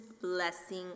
blessing